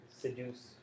seduce